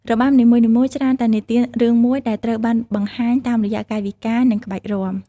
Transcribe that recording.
របាំនីមួយៗច្រើនតែនិទានរឿងមួយ ដែលត្រូវបានបង្ហាញតាមរយៈកាយវិការ និងក្បាច់រាំ។